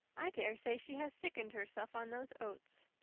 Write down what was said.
i daresay she has sickened herself on those oats.